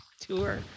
Tour